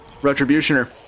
Retributioner